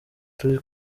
turi